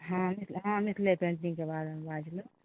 हँ मिथिला हँ मिथिले पेन्टिङ्गकेँ बारेमे बाजलहुँ